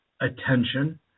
attention